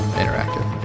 interactive